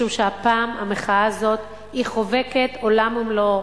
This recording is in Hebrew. משום שהפעם המחאה הזאת חובקת עולם ומלואו.